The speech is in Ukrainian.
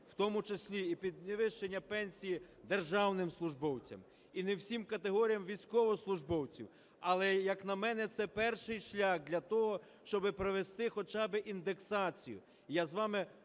в тому числі і підвищення пенсії державним службовцям, і не всім категоріям військовослужбовців, але, як на мене, це перший шлях для того, щоб провести хоча би індексацію. Я з вами